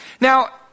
Now